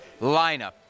lineup